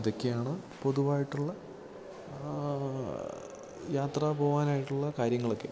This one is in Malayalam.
ഇതൊക്കെയാണ് പൊതുവായിട്ടുള്ള യാത്രാ പോവാനായിട്ടുള്ള കാര്യങ്ങളൊക്കെ